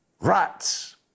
Rats